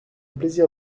plaisir